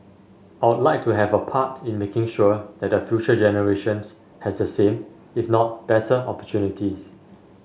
I'd like to have a part in making sure that the future generation has the same if not better opportunities